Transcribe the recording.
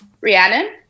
Rhiannon